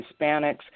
Hispanics